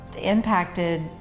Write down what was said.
impacted